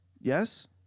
Yes